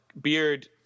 Beard